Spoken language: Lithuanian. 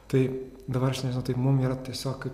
tai dabar aš nežinau tai mum yra tiesiog kaip